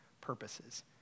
purposes